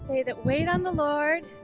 they that wait on the lord